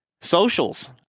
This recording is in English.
socials